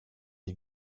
les